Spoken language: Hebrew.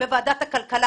בוועדת הכלכלה.